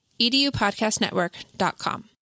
edupodcastnetwork.com